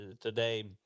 Today